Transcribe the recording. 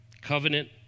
covenant